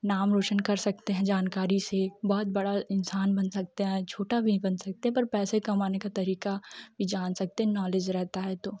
नाम रोशन कर सकते है जानकारी से बहुत बड़ा इंसान बन सकते है छोटा भी बन सकते है पर पैसे कमाने का तरीका जान सकते है नॉलेज रहता है तो